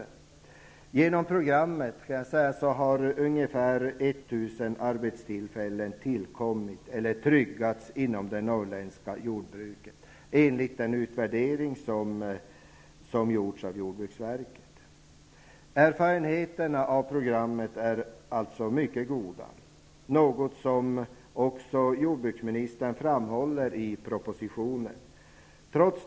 Enligt en utvärdering som har gjorts av jordbruksverket har tack vare programmet ungefär 1 000 arbetstillfällen tillkommit eller tryggats inom det norrländska jordbruket. Erfarenheterna av programmet är mycket goda. Det är också något som jordbruksministern framhåller i propositionen.